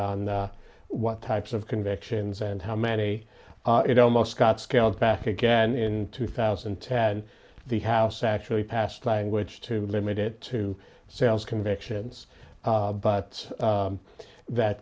on what types of convictions and how many it almost got scaled back again in two thousand and ten the house actually passed language to limit it to sales convictions but that